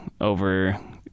over